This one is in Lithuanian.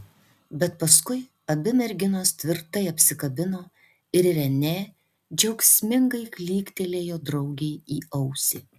bet paskui abi merginos tvirtai apsikabino ir renė džiaugsmingai klyktelėjo draugei į ausį